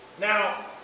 Now